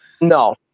No